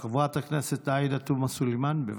חברת הכנסת עאידה תומא סלימאן, בבקשה.